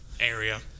area